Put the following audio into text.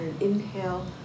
Inhale